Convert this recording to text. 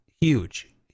huge